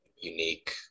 unique